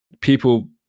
people